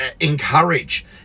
encourage